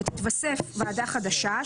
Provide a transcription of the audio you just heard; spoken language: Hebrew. ותתווסף ועדה חדשה,